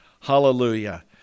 Hallelujah